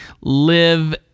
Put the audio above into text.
live